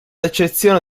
eccezione